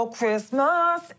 Christmas